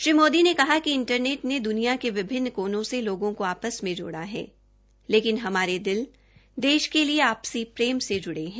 श्री मोदी ने कहा कि इंटरनेट ने द्निया के विभिन्न कोनो से लोगों को आपस में जोड़ा है लेकिन हमारे दिल देश केलिए आपसी प्रेम से जुड़े हैं